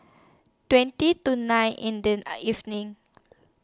twenty to nine in The evening